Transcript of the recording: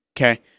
Okay